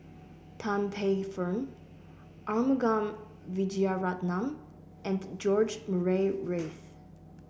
Tan Paey Fern Arumugam Vijiaratnam and George Murray Reith